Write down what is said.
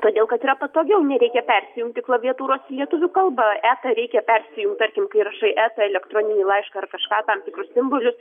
todėl kad yra patogiau nereikia persijungti klaviatūros lietuvių kalba esą reikia persijungt tarkim kai rašai eta elektroninį laišką ar kažką tam tikrus simbolius